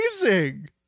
amazing